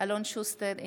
אלון שוסטר,